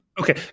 Okay